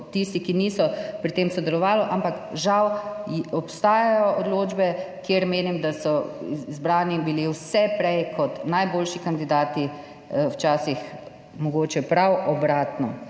tistih, ki niso pri tem sodelovali, ampak žal obstajajo odločbe, kjer menim, da so bili izbrani vse prej kot najboljši kandidati, včasih mogoče prav obratno.